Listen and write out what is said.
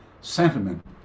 sentiment